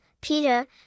Peter